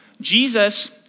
Jesus